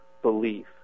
belief